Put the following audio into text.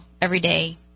everyday